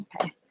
Okay